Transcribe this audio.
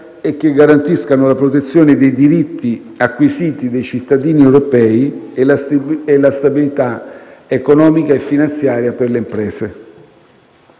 e garantiscano la protezione dei diritti acquisiti dai cittadini europei, nonché la stabilità economica e finanziaria per le imprese.